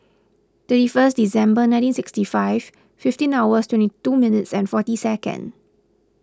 thirty first December nineteen sixty five fifteen hours twenty two minutes and forty seconds